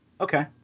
okay